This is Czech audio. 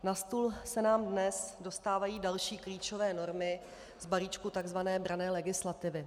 Na stůl se nám dnes dostávají další klíčové normy z balíčku tzv. branné legislativy.